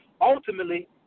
ultimately